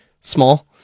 small